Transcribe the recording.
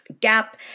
Gap